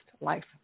life